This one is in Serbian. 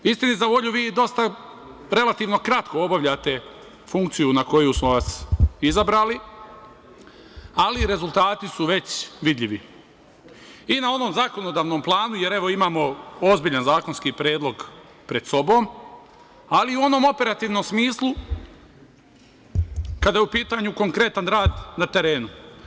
Istini za volju, vi dosta relativno kratko obavljate funkciju na koju smo vas izabrali, ali rezultati su već vidljivi, i na onom zakonodavnom planu, jer evo imamo ozbiljan zakonski predlog pred sobom, ali i u onom operativnom smislu kada je u pitanju konkretan rad na terenu.